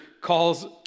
calls